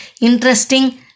interesting